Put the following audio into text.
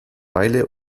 beile